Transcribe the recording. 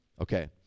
Okay